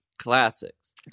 Classics